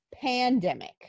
pandemic